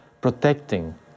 protecting